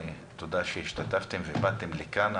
תודה שהשתתפתם ובאתם לכאן,